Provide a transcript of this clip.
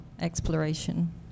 exploration